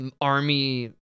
army